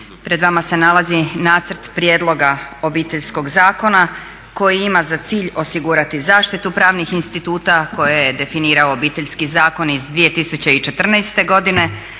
Pred vama se nalazi Nacrt prijedloga Obiteljskog zakona koji ima za cilj osigurati zaštitu pravnih instituta koje je definirao Obiteljski zakon iz 2014. godine